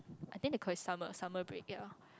I think they call it summer summer break ya